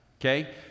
okay